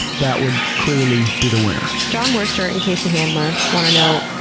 that would clearly be the winner. john worster and casey handmer want to know